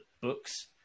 books